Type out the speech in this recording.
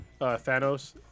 Thanos